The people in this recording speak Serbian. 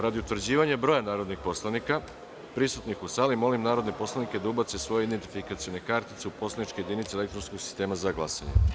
Radi utvrđivanja broja narodnih poslanika prisutnih u sali, molim vas da ubacite svoje identifikacione kartice u poslaničke jedinice elektronskog sistema za glasanje.